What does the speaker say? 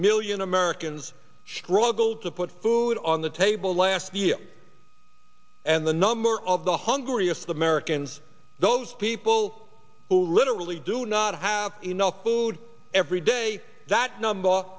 million americans struggled to put food on the table last year and the number of the hungriest americans those people who literally do not have enough food every day that number